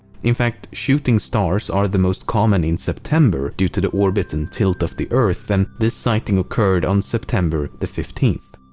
in fact shooting stars are the most common in september due to the orbit and tilt of the earth and this sighting occurred on september the fifteenth.